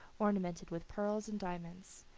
ornamented with pearls and diamonds.